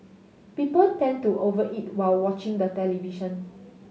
people tend to over eat while watching the television